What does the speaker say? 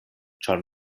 ĉar